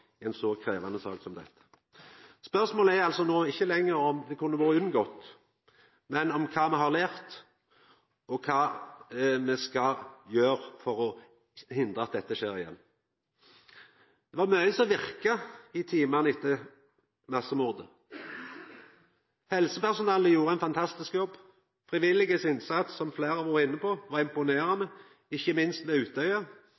i ei så krevjande sak som denne. Spørsmålet er ikkje lenger om dette kunne vore unngått, men om kva me har lært og kva me skal gjera for å hindra at dette skjer igjen. Det var mykje som verka i timane etter massemordet. Helsepersonellet gjorde ein fantastisk jobb. Dei frivillige sin innsats, som fleire har vore inne på, var